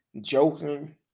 joking